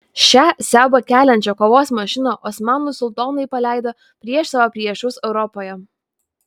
šią siaubą keliančią kovos mašiną osmanų sultonai paleido prieš savo priešus europoje